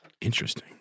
interesting